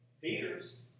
Peter's